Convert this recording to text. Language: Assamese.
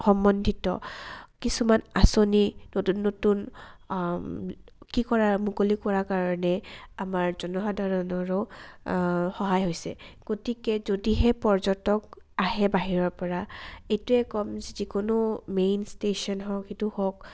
সম্বন্ধিত কিছুমান আঁচনি নতুন নতুন কি কৰা মুকলি কৰাৰ কাৰণে আমাৰ জনসাধাৰণৰো সহায় হৈছে গতিকে যদিহে পৰ্যটক আহে বাহিৰৰ পৰা এইটোৱে ক'ম যিকোনো মেইন ষ্টেচন হওক সিটো হওক